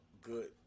Good